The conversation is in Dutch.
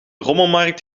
rommelmarkt